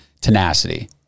tenacity